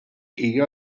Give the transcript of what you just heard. hija